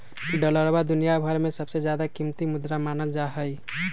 डालरवा दुनिया भर में सबसे ज्यादा कीमती मुद्रा मानल जाहई